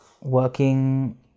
working